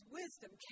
wisdom